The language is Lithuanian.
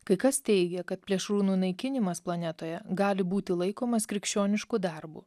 kai kas teigia kad plėšrūnų naikinimas planetoje gali būti laikomas krikščionišku darbu